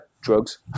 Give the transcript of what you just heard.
Drugs